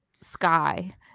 sky